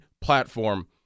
platform